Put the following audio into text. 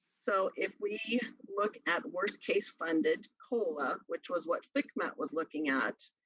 so if we look at worst-case funded cola, which was what fcmat was looking at,